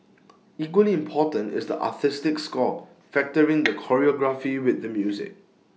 equally important is the artistic score factoring the choreography with the music